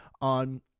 on